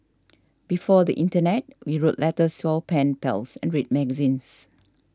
before the Internet we wrote letters to our pen pals and read magazines